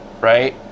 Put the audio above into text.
right